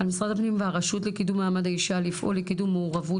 על משרד הפנים והרשות לקידום מעמד האישה לפעול לקידום מעורבות